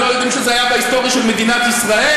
אתם לא יודעים שזה היה בהיסטוריה של מדינת ישראל?